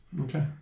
Okay